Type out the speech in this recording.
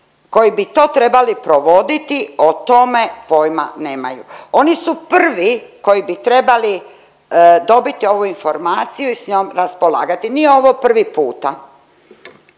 koji bi to trebali provoditi o tome pojma nemaju. Oni su prvi koji bi trebali dobiti ovu informaciju i s njom raspolagati. Nije ovo prvi puta.